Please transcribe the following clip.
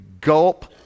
gulp